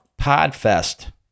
PodFest